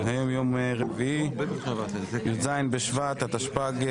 היום יום רביעי, י"ז בשבט התשפ"ג,